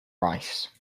rice